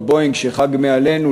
ב"בואינג" שחג מעלינו,